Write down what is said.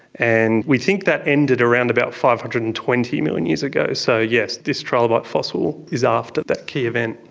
and we think that ended around about five hundred and twenty million years ago. so yes, this trilobite fossil is after that key event.